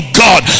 god